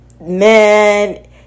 man